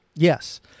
Yes